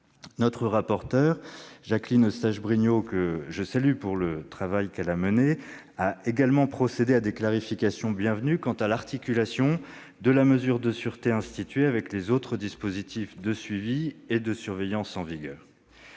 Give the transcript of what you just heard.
Notre rapporteure, Jacqueline Eustache-Brinio, que je salue pour son travail, a également procédé à des clarifications bienvenues sur l'articulation de la mesure de sûreté instituée avec les autres dispositifs de suivi et de surveillance en vigueur.